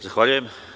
Zahvaljujem.